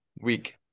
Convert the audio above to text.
week